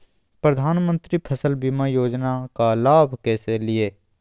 प्रधानमंत्री फसल बीमा योजना का लाभ कैसे लिये?